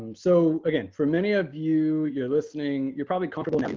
so again, for many of you, you're listening. you're probably comfortable